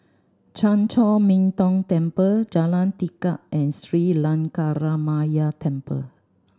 Chan Chor Min Tong Temple Jalan Tekad and Sri Lankaramaya Temple